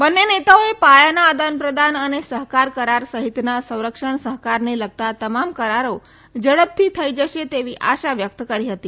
બંને નેતાઓએ પાયાના આદાનપ્રદાન અને સહકાર કરાર સહિતના સંરક્ષણ સહકારને લગતા તમામ કરારો ઝડપથી થઈ જશે તેવી આશા વ્યક્ત કરી હતી